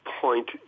point